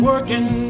Working